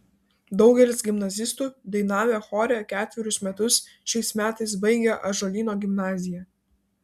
daugelis gimnazistų dainavę chore ketverius metus šiais metais baigia ąžuolyno gimnaziją